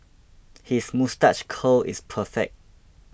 his moustache curl is perfect